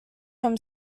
from